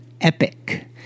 Epic